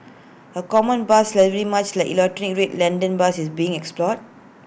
A common bus livery much like the iconic red London bus is being explored